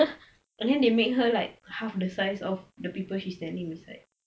and then they make her like half the size of the people she standing beside